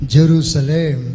Jerusalem